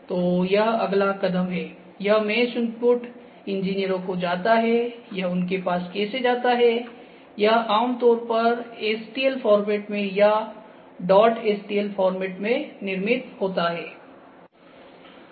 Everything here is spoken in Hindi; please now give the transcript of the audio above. तो यह अगला कदम है यह मेश इनपुट इंजीनियरों को जाता है यह उनके पास कैसे जाता है यह आमतौर पर stl फॉर्मेट में या stl फॉर्मेट में निर्मित होता है